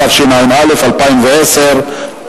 התשע"א 2010,